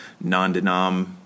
non-denom